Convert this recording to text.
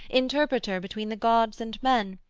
interpreter between the gods and men,